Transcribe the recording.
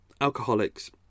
alcoholics